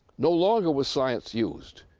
no longer was science used